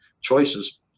choices